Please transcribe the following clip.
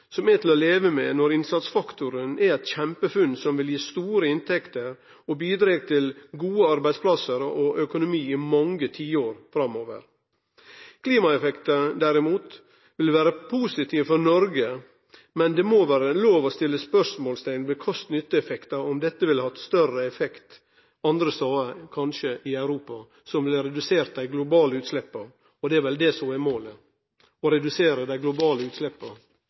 som er til å leve med når innsatsfaktoren er eit kjempefunn som vil gi store inntekter og bidreg til gode arbeidsplassar og økonomi i mange tiår framover. Klimaeffekten, derimot, vil vere positiv for Noreg, men det må vere lov å setje spørsmålsteikn ved kost–nytteeffekten og om dette ville hatt større effekt andre stader, kanskje i Europa, som ville ha redusert dei globale utsleppa, og det er vel det som er målet. Å redusere dei globale utsleppa